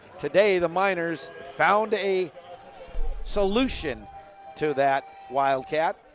today, the miners found a solution to that wildcat.